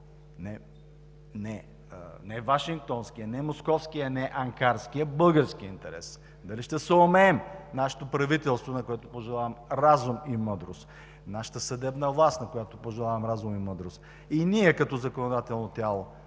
– не вашингтонският, не московският, не анкарският – българският интерес. Дали ще съумеем – нашето правителство, на което пожелавам разум и мъдрост, нашата съдебна власт, на която пожелавам разум и мъдрост, и ние като законодателно тяло,